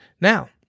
Now